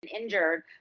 Injured